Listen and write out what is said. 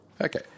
Okay